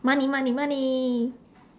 money money money